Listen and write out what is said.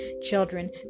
Children